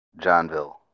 Johnville